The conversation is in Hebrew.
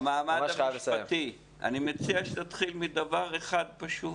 המעמד המשפטי: אני מציע שתתחיל מדבר אחד פשוט